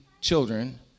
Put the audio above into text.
children